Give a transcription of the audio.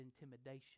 intimidation